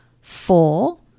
Four